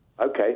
Okay